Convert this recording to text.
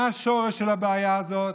מה השורש של הבעיה הזאת?